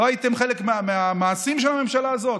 לא הייתם חלק מהמעשים של הממשלה הזאת?